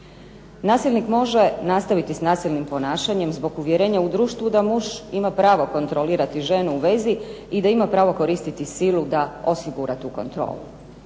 Nasilnik može nastaviti s nasilnim ponašanjem zbog uvjerenja u društvu da muž ima pravo kontrolirati ženu u vezi i da ima pravo koristiti silu da osigura tu kontrolu.